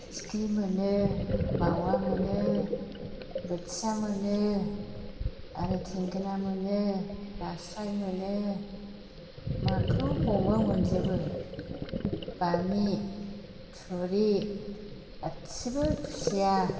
फिथिख्रि मोनो मावा मोनो बोथिया मोनो आरो थेंगोना मोनो नास्राय मोनो माखौ हमो मोनजोबो बामि थुरि गासिबो खुसिया